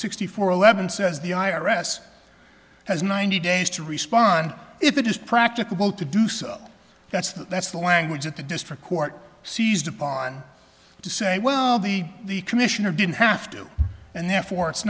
sixty four eleven says the i r s has ninety days to respond if it is practicable to do so that's the that's the language that the district court seized upon to say well the the commissioner didn't have to and therefore it's